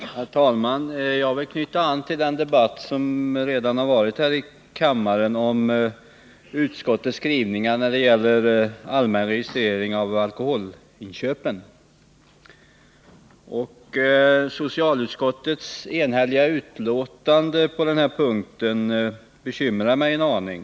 Herr talman! Jag vill knyta an till den debatt som fördes tidigare här i kammaren och som gällde utskottets skrivning beträffande en allmän registrering av alkoholinköp. Socialutskottets enhälliga förslag på den här punkten bekymrar mig en aning.